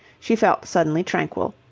she felt suddenly tranquil.